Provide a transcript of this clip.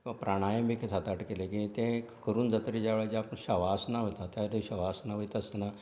किंवां प्राणायम एक सात आठ केलीं की ते करून जातकीर ज्या वेळार ज्या आपूण शवासनां वता त्या शवासनां वयता आसतना